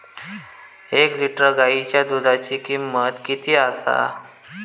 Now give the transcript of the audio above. एक लिटर गायीच्या दुधाची किमंत किती आसा?